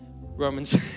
Romans